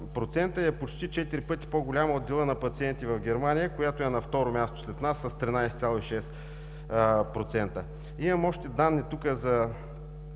41,7% и е почти 4 пъти по-голям от дела на пациенти в Германия, която е на второ място след нас с 13,6%. Тук имам още данни за